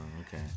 Okay